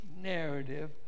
narrative